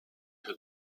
who